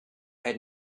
had